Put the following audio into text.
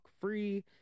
free